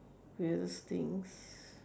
weirdest things